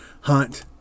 Hunt